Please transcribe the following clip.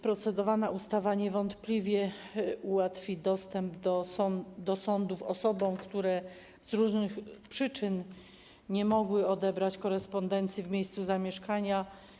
Procedowana ustawa niewątpliwie ułatwi dostęp do sądów osobom, które z różnych przyczyn nie mogły odebrać korespondencji w miejscu zamieszkania.